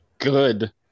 Good